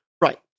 Right